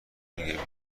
میگه